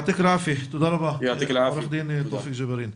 תודה רבה עורך דין תאופיק ג'בארין.